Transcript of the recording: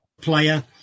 player